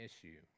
issue